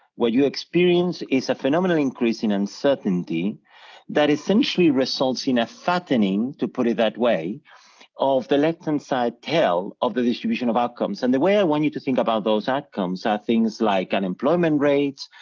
what you experience is a phenomenal increase in uncertainty that essentially results in a fattening, to put it that way of the left-hand side tail of the distribution of outcomes. and the way i want you to think about about those outcomes are things like unemployment rates,